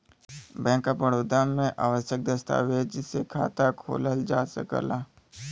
bank of Baroda में आवश्यक दस्तावेज से खाता खोलल जा सकला